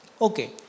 Okay